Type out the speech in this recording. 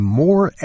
more